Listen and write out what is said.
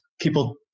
people